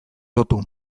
lotu